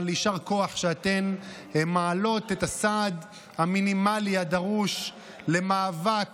אבל יישר כוח שאתן מעלות את הסעד המינימלי הדרוש למאבק